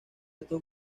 estos